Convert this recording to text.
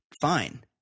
fine